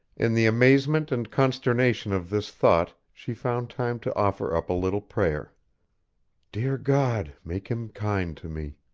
in the amazement and consternation of this thought she found time to offer up a little prayer dear god, make him kind to me.